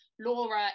Laura